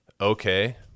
okay